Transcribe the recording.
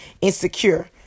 Insecure